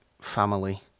family